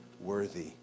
Worthy